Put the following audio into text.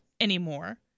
anymore